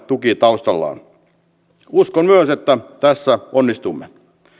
tuki taustallaan uskon myös että tässä onnistumme